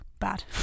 bad